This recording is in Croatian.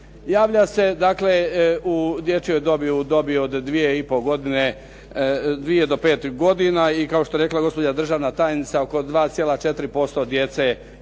Javlja se u dječjoj dobi u dobi od 2,5 godine 2 do 5 godina i kao što je rekla gospođa državna tajnica oko 2,4% djece ima